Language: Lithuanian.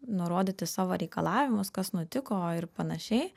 nurodyti savo reikalavimus kas nutiko ir panašiai